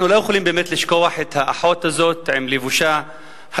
אנחנו באמת לא יכולים לשכוח את האחות הזאת עם לבושה הלבן,